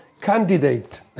candidate